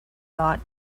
thought